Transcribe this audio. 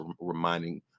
reminding